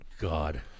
God